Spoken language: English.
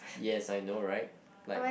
yes I know right like